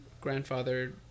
grandfather